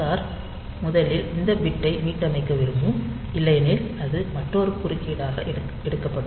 R முதலில் அந்த பிட்டை மீட்டமைக்க விரும்பும் இல்லையெனில் அது மற்றொரு குறுக்கீடாக எடுக்கப்படும்